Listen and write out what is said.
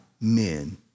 men